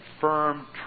firm